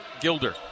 Gilder